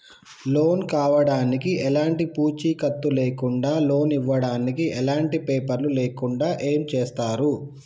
Loan కావడానికి ఎలాంటి పూచీకత్తు లేకుండా లోన్ ఇవ్వడానికి ఎలాంటి పేపర్లు లేకుండా ఏం చేస్తారు?